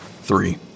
Three